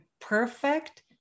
perfect